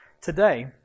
Today